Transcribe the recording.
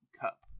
cup